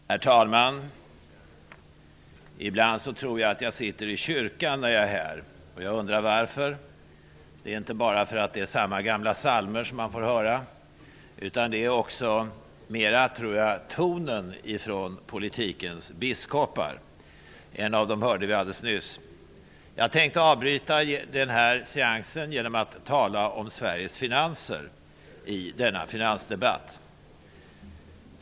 Herr talman! Ibland tror jag att jag sitter i kyrkan när jag är här, och jag undrar varför. Det är inte bara därför att man får höra samma gamla psalmer, utan det är också därför att man mera hör tonen från politikens biskopar. En av dem hörde vi alldeles nyss. Jag tänkte avbryta den här seansen och tala om Sveriges finanser i denna finansdebatt.